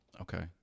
Okay